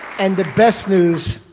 and the best news,